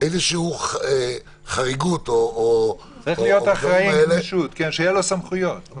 איזושהי חריגות --- צריך שלאחראי תהיה גמישות ויהיו לו סמכויות.